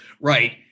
Right